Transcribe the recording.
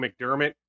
McDermott